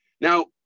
now